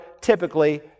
typically